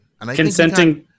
Consenting